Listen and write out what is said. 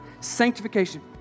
sanctification